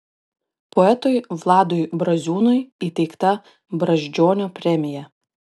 poetui vladui braziūnui įteikta brazdžionio premija